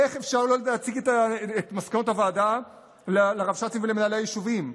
איך אפשר שלא להציג את מסקנות הוועדה לרבש"צים ולמנהלי היישובים?